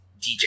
DJ